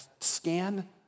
scan